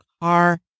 car